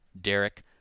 Derek